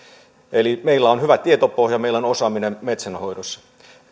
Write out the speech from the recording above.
eli meillä on hyvä tietopohja meillä on osaaminen metsänhoidossa